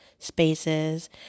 spaces